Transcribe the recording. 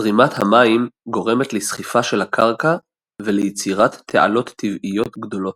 זרימת המים גורמת לסחיפה של הקרקע וליצירת תעלות טבעיות גדולות.